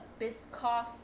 Biscoff